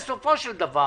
בסופו של דבר